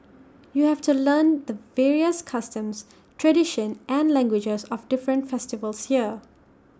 you have to learn the various customs tradition and languages of different festivals here